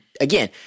again